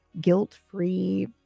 guilt-free